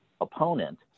opponent